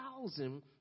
thousand